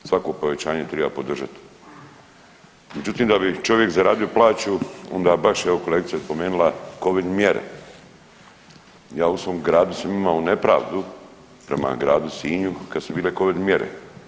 Svako povećanje treba podržati, međutim da bi čovjek zaradio plaću onda baš evo kolegica je spomenula covid mjere ja u svom gradu sam imao nepravdu prema gradu Sinju kad su bile covid mjere.